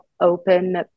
open